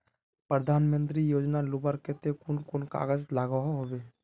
प्रधानमंत्री योजना लुबार केते कुन कुन कागज लागोहो होबे?